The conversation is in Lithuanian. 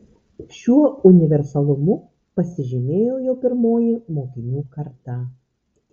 šiuo universalumu pasižymėjo jau pirmoji mokinių karta